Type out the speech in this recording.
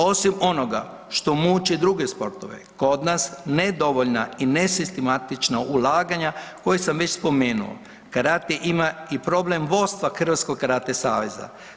Osim onoga što muči druge sportove kod nas nedovoljna i nesistematična ulaganja koja sam spomenuo, karate ima i problem vodstva Hrvatskog karate saveza.